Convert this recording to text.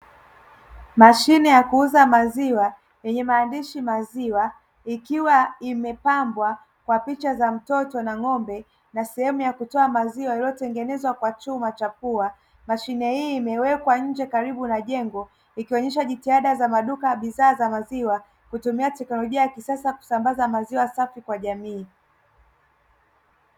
Mashine ya kuuza maziwa yenye maandishi maziwa ikiwa imepambwa kwa picha za mtoto na ng'ombe na sehemu ya kutoa maziwa iliyotengenezwa kwa chuma cha pua. Mashine hii imewekwa nje karibu na jengo ikionyesha jitihada za maduka ya bidhaa za maziwa, kutumia teknolojia ya kisasa kusambaza maziwa safi kwa jamii.